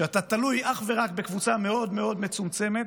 כשאתה תלוי אך ורק בקבוצה מאוד מאוד מצומצמת,